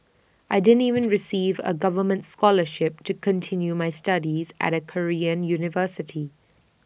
I didn't even receive A government scholarship to continue my studies at A Korean university